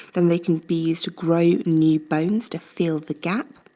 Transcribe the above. then they can be used to grow new bones to fill the gap.